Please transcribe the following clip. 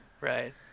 right